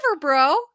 bro